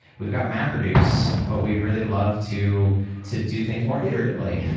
we've got mapreduce, but we'd really love to to do things more iteratively.